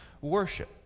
worship